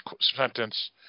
sentence